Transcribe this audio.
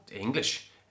English